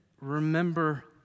remember